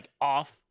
off